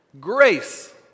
grace